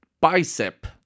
Bicep